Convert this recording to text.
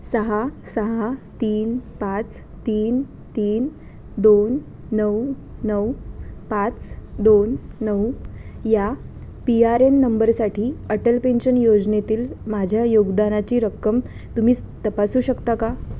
सहा सहा तीन पाच तीन तीन दोन नऊ नऊ पाच दोन नऊ या पी आर एन नंबरसाठी अटल पेन्शन योजनेतील माझ्या योगदानाची रक्कम तुम्ही तपासू शकता का